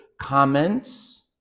comments